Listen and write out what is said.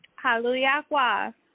Hallelujah